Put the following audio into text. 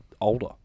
older